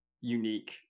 unique